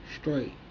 Straight